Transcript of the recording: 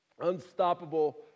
Unstoppable